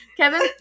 Kevin